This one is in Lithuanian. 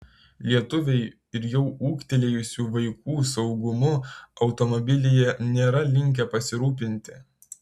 lietuviai ir jau ūgtelėjusių vaikų saugumu automobilyje nėra linkę pasirūpinti